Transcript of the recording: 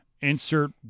insert